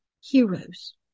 heroes